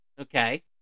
Okay